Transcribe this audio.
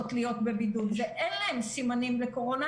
להיות בבידוד ואין להן סימנים לקורונה,